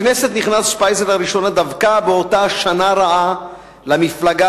לכנסת נכנס שפייזר לראשונה דווקא באותה שנה רעה למפלגה,